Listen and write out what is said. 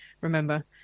remember